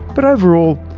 but overall,